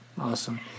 awesome